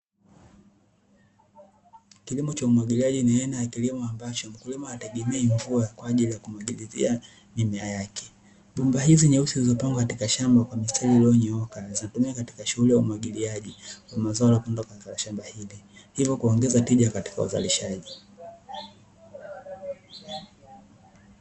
Kilimo cha umwagiliaji ni aina ya kilimo ambacho mkulima hategemei mvua kwa ajili ya kumwagilizia mimea yake. Bomba hizi nyeusi zilizo pangwa katika shamba kwa mistari iliyo nyooka zinatumika katika shughuli ya umwagiliaji wa mazao katika shamba hili hivyo kuongeza tija katika uzalishaji.